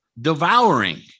devouring